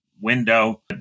window